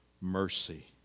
mercy